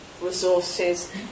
resources